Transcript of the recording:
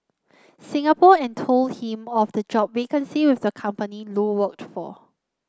Singapore and told him of the job vacancy with the company Lu worked for